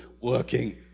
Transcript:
Working